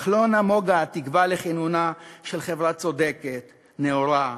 אך לא נמוגה התקווה לכינונה של חברה צודקת, נאורה,